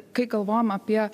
kai galvojam apie